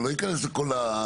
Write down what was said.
זה לא ייכנס לכל.